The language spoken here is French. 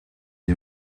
est